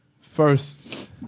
first